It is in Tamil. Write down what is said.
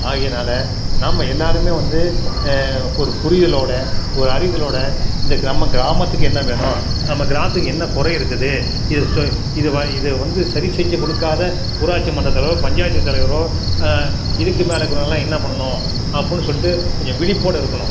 ஆகையனால நாம் எல்லாேருமே வந்து ஒரு புரிதலோடு ஒரு அரிதலோடு இந்த நம்ம கிராமத்துக்கு என்ன வேணும் நம்ம கிராமத்துக்கு என்ன குறை இருக்குது இது ச இது வ இதை வந்து சரி செஞ்சு கொடுக்காத ஊராட்சி மன்ற தலைவரோ பஞ்சாயத்து தலைவரோ இதுக்குமேலே இருக்கிறவனலாம் என்ன பண்ணணும் அப்புடினு சொல்லிட்டு கொஞ்சம் விழிப்போட இருக்கணும்